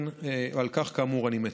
על כך, כאמור, אני מצר.